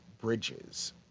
Bridges